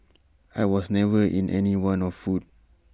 I was never in any want of food